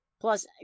Plus